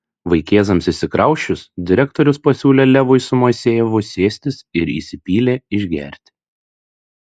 vaikėzams išsikrausčius direktorius pasiūlė levui su moisejevu sėstis ir įsipylė išgerti